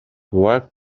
worked